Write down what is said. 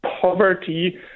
poverty